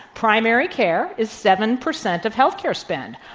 primary care is seven percent of healthcare spend.